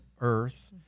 Earth